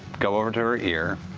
go over to her ear.